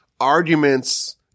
arguments